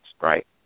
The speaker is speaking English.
right